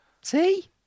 See